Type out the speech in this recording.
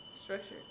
Structured